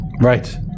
Right